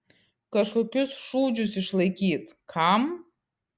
kažkokius šūdžius išlaikyt kam